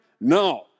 No